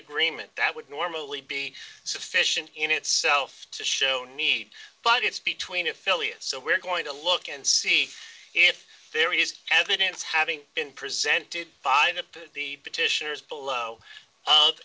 agreement that would normally be sufficient in itself to show need but it's between affiliates so we're going to look and see if there is evidence having been presented by the petitioners below